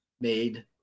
made